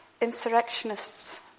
insurrectionists